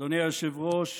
אדוני היושב-ראש,